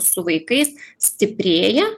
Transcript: su vaikais stiprėja